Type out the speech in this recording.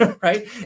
right